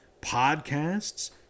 podcasts